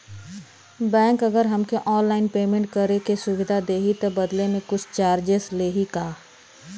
Bank अगर हमके online payment करे के सुविधा देही त बदले में कुछ चार्जेस लेही का?